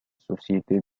société